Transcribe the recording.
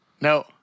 No